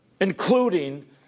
including